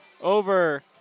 over